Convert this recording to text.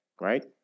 right